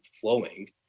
flowing